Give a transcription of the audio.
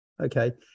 okay